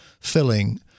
filling